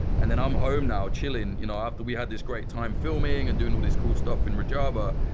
and then i'm home now, chilling, you know after we had this great time filming and doing all this cool stuff in rojava.